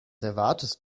erwartest